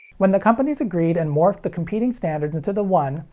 when the companies agreed and morphed the competing standards into the one,